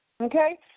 Okay